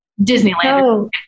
Disneyland